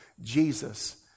Jesus